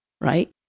right